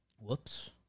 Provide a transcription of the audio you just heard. whoops